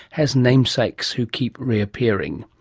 has namesakes who keep re-appearing.